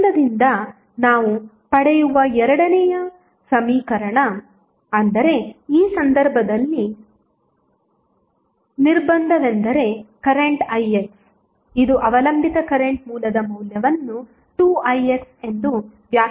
ನಿರ್ಬಂಧದಿಂದ ನಾವು ಪಡೆಯುವ ಎರಡನೆಯ ಸಮೀಕರಣ ಅಂದರೆ ಈ ಸಂದರ್ಭದಲ್ಲಿ ನಿರ್ಬಂಧವೆಂದರೆ ಕರೆಂಟ್ ix ಇದು ಅವಲಂಬಿತ ಕರೆಂಟ್ ಮೂಲದ ಮೌಲ್ಯವನ್ನು 2ix ಎಂದು ವ್ಯಾಖ್ಯಾನಿಸುತ್ತದೆ